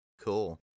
cool